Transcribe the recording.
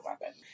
weapon